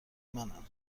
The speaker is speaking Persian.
منن